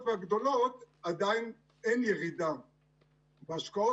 והגדולות עדיין אין ירידה בהשקעות.